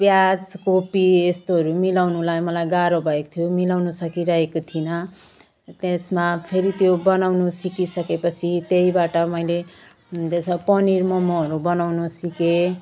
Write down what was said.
प्याज कोपी यस्तोहरू मिलाउनुलाई मलाई गाह्रो भएको थियो मिलाउनु सकिरहेको थिइनँ त्यसमा फेरि त्यो बनाउनु सिकि सकेपछि त्यहीबाट मैले त्यसमा पनिर मोमोहरू बनाउनु सिकेँ